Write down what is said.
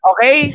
Okay